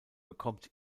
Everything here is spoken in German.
bekommt